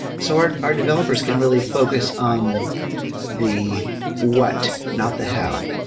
so our our developers can really focus on the what, not the how.